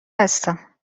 هستم